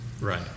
Right